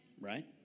right